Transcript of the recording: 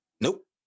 Nope